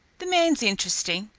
the man's interesting.